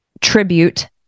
tribute